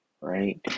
right